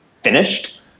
finished